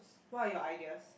what are your ideas